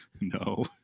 No